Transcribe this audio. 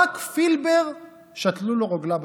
רק לפילבר שתלו רוגלה בטלפון,